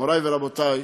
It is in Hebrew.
מורי ורבותי,